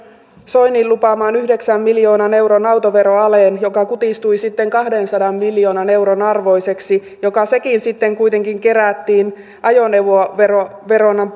soinin lupaamaan yhdeksän miljoonan euron autoveroaleen joka kutistui sitten kahdensadan miljoonan euron arvoiseksi joka sekin sitten kuitenkin kerättiin ajoneuvoverona